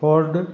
ford